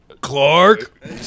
Clark